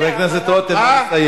חבר הכנסת רותם, נא לסיים.